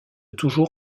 toujours